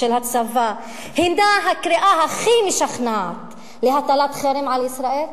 והצבא הם הקריאה הכי משכנעת להטלת חרם על ישראל?